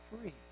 free